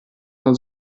man